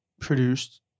produced